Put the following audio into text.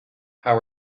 how